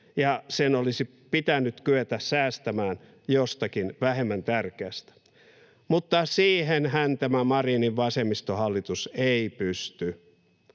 ja olisi pitänyt kyetä säästämään jostakin vähemmän tärkeästä. Mutta siihenhän tämä Marinin vasemmistohallitus ei pysty.